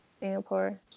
singapore